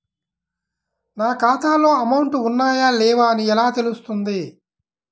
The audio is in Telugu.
నా ఖాతాలో అమౌంట్ ఉన్నాయా లేవా అని ఎలా తెలుస్తుంది?